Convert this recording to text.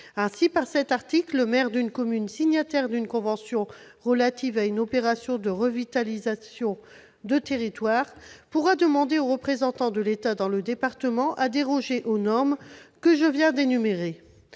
Ainsi, le maire d'une commune signataire d'une convention relative à une opération de revitalisation de territoire pourra demander au représentant de l'État dans le département de déroger aux normes précitées.